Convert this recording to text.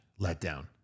letdown